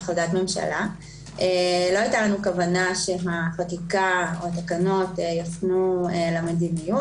לא היתה לנו כוונה שהחקיקה או תקנות יפנו למדיניות